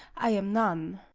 i am none.